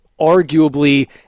arguably